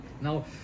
Now